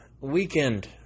Weekend